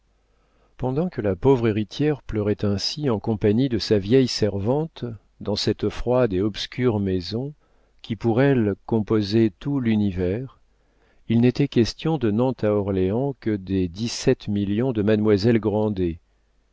pendant que la pauvre héritière pleurait ainsi en compagnie de sa vieille servante dans cette froide et obscure maison qui pour elle composait tout l'univers il n'était question de nantes à orléans que des dix-sept millions de mademoiselle grandet